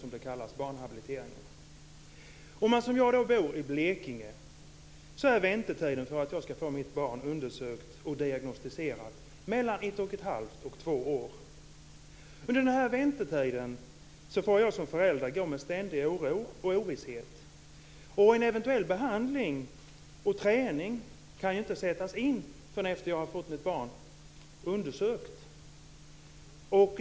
Men om man, som jag gör, bor i Blekinge är väntetiden för att få barnet undersökt och diagnostiserat mellan ett och ett halvt och två år. Under väntetiden får jag som förälder gå med ständig oro och ovisshet. Eventuell behandling och träning kan ju inte sättas in förrän jag fått mitt barn undersökt.